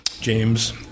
James